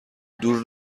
دور